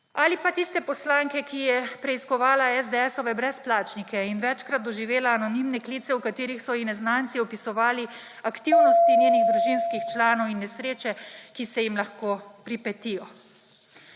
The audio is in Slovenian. Ali pa tiste poslanke, ki je preiskovala SDS-ove brezplačnike in večkrat doživela anonimne klice, v katerih so ji neznanci opisovali aktivnosti njenih družinskih članov in nesreče, ki se jim lahko pripetijo.